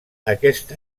aquesta